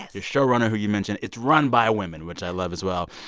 your showrunner, who you mentioned. it's run by women, which i love as well.